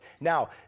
Now